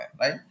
right